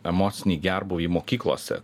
emocinį gerbūvį mokyklose